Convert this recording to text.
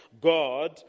God